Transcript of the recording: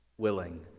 Willing